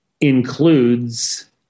includes